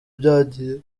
byagiye